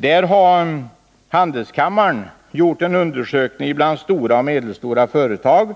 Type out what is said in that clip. Där har handelskammaren gjort en undersökning bland stora och medelstora företag.